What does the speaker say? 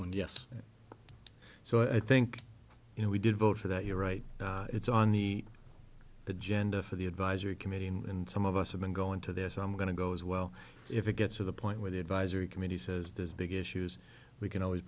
one just so i think you know we did vote for that you're right it's on the agenda for the advisory committee and some of us have been going to this i'm going to go as well if it gets to the point where the advisory committee says there's big issues we can always